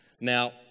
Now